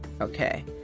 Okay